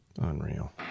Unreal